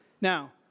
Now